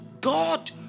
God